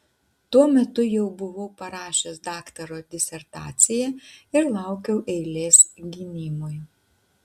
tuo metu jau buvau parašęs daktaro disertaciją ir laukiau eilės gynimui